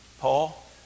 Paul